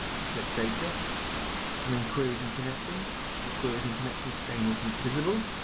click data and then queries and connections if the queries and connections pane isn't visible.